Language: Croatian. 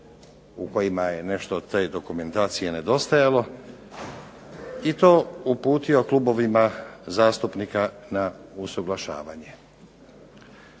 u kojima je nešto od te dokumentacije nedostajalo i to uputio klubovima zastupnika na usuglašavanje.